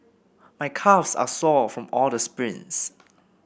my calves are sore from all the sprints